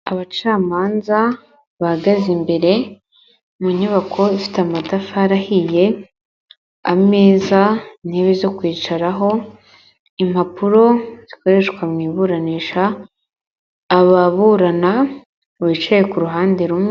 Abacamanza bahagaze imbere mu nyubako ifite amatafari ahiye, ameza, intebe zo kwicaraho, impapuro zikoreshwa mu iburanisha, ababurana bicaye ku ruhande rumwe.